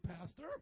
Pastor